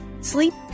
Sleep